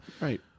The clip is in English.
Right